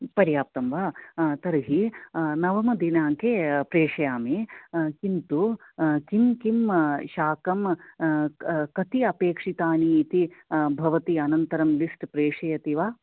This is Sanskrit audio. पर्याप्तं वा तर्हि नवमदिनाङ्के प्रेषयामि किन्तु किं किं शाकं कति अपेक्षितानि इति भवति अनन्तरं लिस्ट् प्रेषयति वा